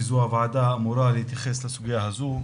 וזו הוועדה אמורה להתייחס לסוגיה הזו.